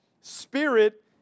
spirit